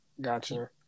Gotcha